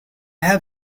have